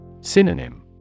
Synonym